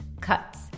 cuts